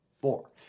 four